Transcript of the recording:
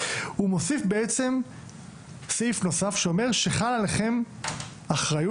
הוא מוסיף בעצם סעיף נוסף שאומר שחלה עליכם אחריות